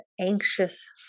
anxious